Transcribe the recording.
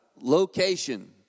Location